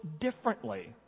differently